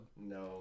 No